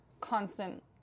constant